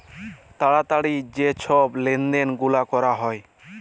তাড়াতাড়ি যে ছব লেলদেল গুলা ক্যরা হ্যয়